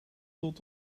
tot